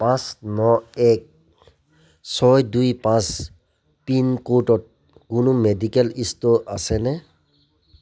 পাঁচ ন এক ছয় দুই পাঁচ পিনক'ডত কোনো মেডিকেল ষ্ট'ৰ আছেনে